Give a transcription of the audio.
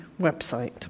website